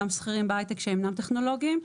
גם שכירים בהיי-טק שאינם טכנולוגים.